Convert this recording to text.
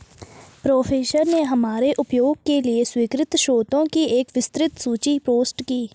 professor ने हमारे उपयोग के लिए स्वीकृत स्रोतों की एक विस्तृत सूची पोस्ट की